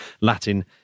Latin